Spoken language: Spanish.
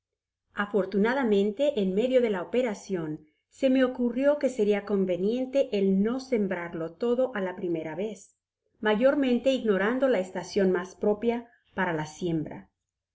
afortunadamente en medio de la operacion se me ocurrió que seria conveniente el no sembrarlo todo á la primera vez mayormente ignorando la estacion mas propia para la siembra